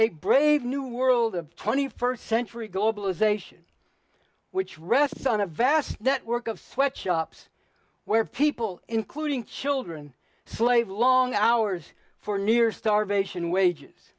a brave new world of twenty first century globalization which rests on a vast network of sweatshops where people including children slave long hours for near starvation wages